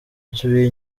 dusubiye